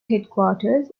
headquarters